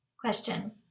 Question